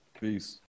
Peace